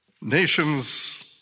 Nations